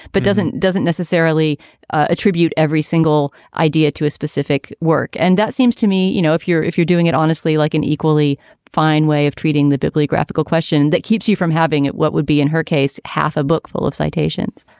but doesn't doesn't necessarily attribute every single idea to a specific work. and that seems to me, you know, if you're if you're doing it honestly, like an equally fine way of treating the dibley graphical question that keeps you from having it, what would be, in her case, half a book full of citations?